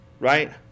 right